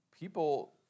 people